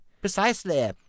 precisely